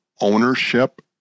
ownership